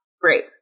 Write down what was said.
great